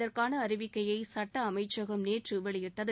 இதற்கான அறிவிக்கையை சுட்ட அமைச்சகம் நேற்று வெளியிட்டது